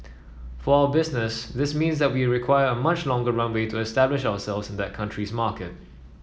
for our business this means that we require a much longer runway to establish ourselves in that country's market